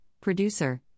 producer